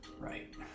Right